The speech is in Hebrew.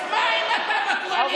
אז מה אם אתה בקואליציה?